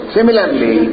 Similarly